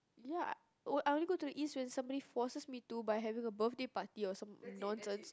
ya oh I only go to the East when somebody forces me to by having a birthday party or some nonsense